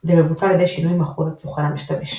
זה מבוצע על ידי שינוי מחרוזת סוכן המשתמש.